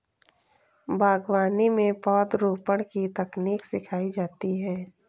बागवानी में पौधरोपण की तकनीक सिखाई जाती है